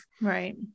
Right